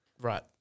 Right